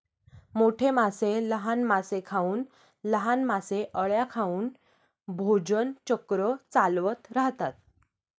मोठे मासे लहान मासे खाऊन, लहान मासे अळ्या खाऊन भोजन चक्र चालवत राहतात